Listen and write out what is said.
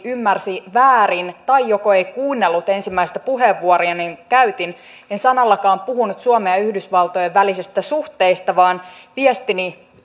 joko ymmärsi väärin tai ei kuunnellut ensimmäistä puheenvuoroani jonka käytin en sanallakaan puhunut suomen ja yhdysvaltojen välisistä suhteista vaan viestini